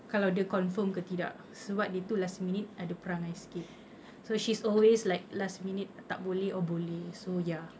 kalau dia confirm ke tidak sebab dia tu last minute ada perangai sikit so she's always like last minute tak boleh or boleh so ya